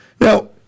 Now